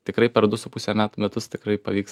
tikrai per du su puse metų metus tikrai pavyks